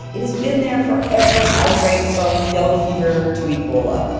it has been there for every outbreak from yellow fever to ebola.